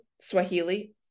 Swahili